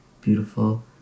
beautiful